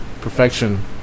Perfection